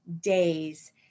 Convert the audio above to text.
days